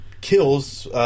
kills